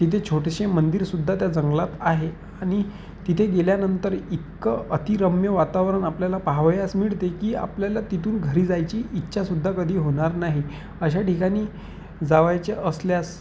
तिथे छोटेसे मंदिरसुद्धा त्या जंगलात आहे आणि तिथे गेल्यानंतर इतकं अतिरम्य वातावरण आपल्याला पाहावयास मिळते की आपल्याला तिथून घरी जायची इच्छासुद्धा कधी होणार नाही अशा ठिकाणी जावयाचे असल्यास